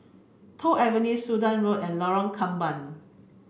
Toh Avenue Sudan Road and Lorong Kembang